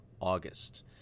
August